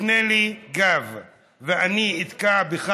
תפנה לי את הגב / ואני אתקע בך